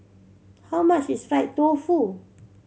how much is fried tofu